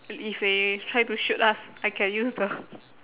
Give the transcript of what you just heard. i~ if they try to shoot us I can use the